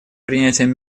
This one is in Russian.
принятием